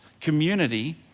community